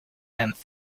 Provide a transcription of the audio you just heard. and